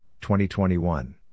2021